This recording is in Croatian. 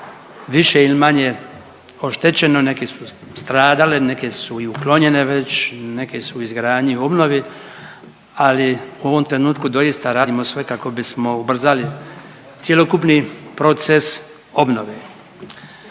više ili manje oštećeno. Neke su stradale, neke su i uklonjene već, neke su u izgradnji i obnovi, ali u ovom trenutku doista radimo sve kako bismo ubrzali cjelokupni proces obnove.